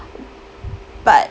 but